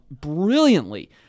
brilliantly